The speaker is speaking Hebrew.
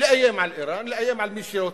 לאיים על אירן, לאיים על מי שלא צריך,